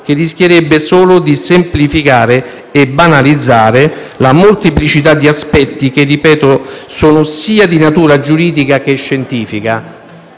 che rischierebbe solo di semplificare e banalizzare la molteplicità di aspetti, che, ripeto, sono sia di natura giuridica che scientifica.